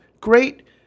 great